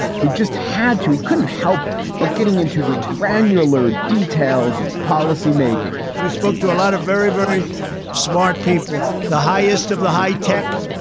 he'd just had to he couldn't help but getting into the granular details of policy, making sure we spoke to a lot of very, very smart people, the highest of the high tech,